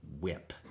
whip